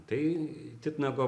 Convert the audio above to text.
tai titnago